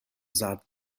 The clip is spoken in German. saat